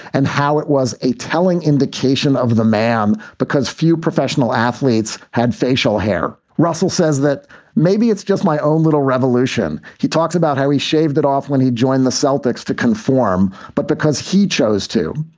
and how it was a telling indication of the man because few professional athletes had facial hair. russell says that maybe it's just my own little revolution. he talks about how he shaved it off when he joined the celltex to conform, but because he chose to.